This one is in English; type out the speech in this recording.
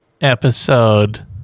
episode